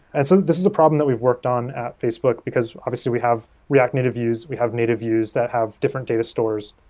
and so this is a problem that we've worked on at facebook because, obviously, we have react native views, we have native views that have different data stores.